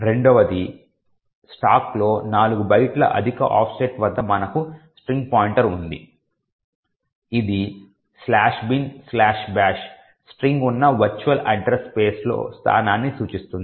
రెండవది స్టాక్లో 4 బైట్ల అధిక ఆఫ్సెట్ వద్ద మనకు స్ట్రింగ్ పాయింటర్ ఉంది ఇది "binbash" స్ట్రింగ్ ఉన్న వర్చువల్ అడ్రస్ స్పేస్ లో స్థానాన్ని సూచిస్తుంది